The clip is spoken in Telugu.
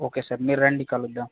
ఓకే సార్ మీరు రండి కలుద్దాం